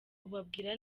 ubabwira